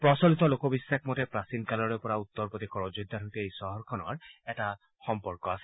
প্ৰচলিত লোকবিখাস মতে প্ৰচীন কালৰে পৰা উত্তৰ প্ৰদেশৰ অযোধ্যাৰ সৈতে এই চহৰখনৰ সম্পৰ্ক আছে